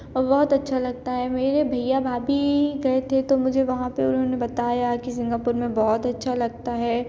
और बहुत अच्छा लगता है मेरे भईया भाभी गए थे तो मुझे वहाँ पर उन्होंने बताया कि सिंगापुर में बहुत अच्छा लगता है